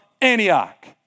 Antioch